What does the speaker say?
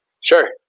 Sure